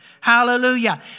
Hallelujah